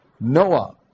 Noah